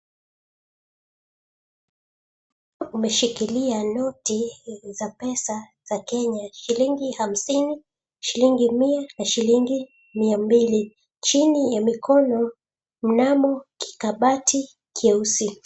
Mkono umeshikikilia noti ya pesa za Kenya shilingi hamsini, shilingi mia na shilingi mia mbili. Chini ya mkono kuna kikabati cheusi.